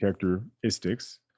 characteristics